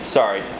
Sorry